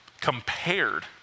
compared